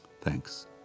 thanks